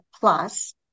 plus